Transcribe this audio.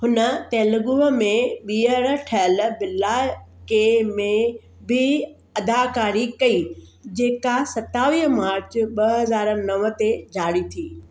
हुन तेलगूअ में ॿीहर ठहियल बिल्ला के में बि अदाकारी कई जेका सतावीह मार्च ॿ हज़ार नवं ते जारी थी